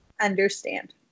understand